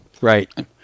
Right